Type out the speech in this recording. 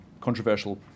controversial